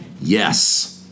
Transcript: Yes